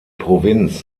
provinz